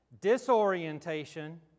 Disorientation